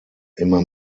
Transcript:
immer